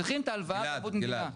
צריכים את ההלוואה בערבות מדינה.